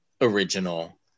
original